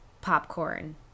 popcorn